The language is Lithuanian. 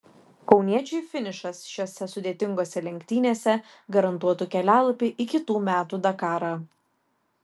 kauniečiui finišas šiose sudėtingose lenktynėse garantuotų kelialapį į kitų metų dakarą